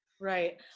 Right